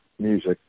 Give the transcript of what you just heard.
music